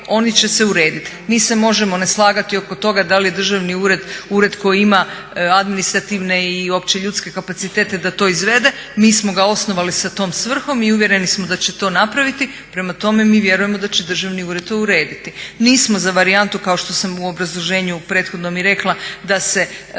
oni će se urediti. Mi se možemo ne slagati oko toga da li je državni ured ured koji ima administrativne i opće ljudske kapacitete da to izvede. Mi smo ga osnovali sa tom svrhom i uvjereni smo da će to napraviti. Prema tome, mi vjerujemo da će državni ured to urediti. Nismo za varijantu kao što sam u obrazloženju prethodnom i rekla da se